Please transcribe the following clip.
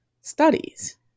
studies